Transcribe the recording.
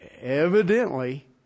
evidently